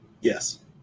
Yes